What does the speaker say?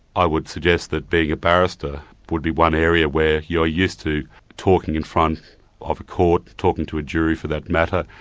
i would suggest that being a barrister would be one area where you're used to talking in front of a court, talking to a jury for that matter,